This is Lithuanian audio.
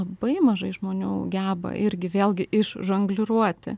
labai mažai žmonių geba irgi vėlgi iš žongliruoti